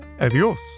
adios